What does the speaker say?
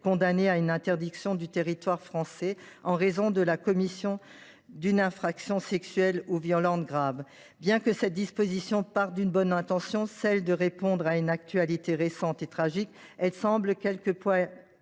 condamnés à une interdiction du territoire français en raison de la commission d’une infraction sexuelle ou violente grave. Bien qu’elle parte d’une bonne intention, celle de répondre à une actualité récente et tragique, cette disposition semble quelque peu